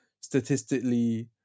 statistically